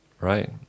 Right